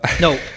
No